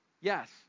Yes